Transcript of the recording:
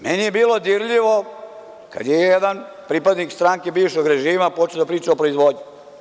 Meni je bilo dirljivo kada je jedan pripadnik stranke bivšeg režima počeo da priča o proizvodnji.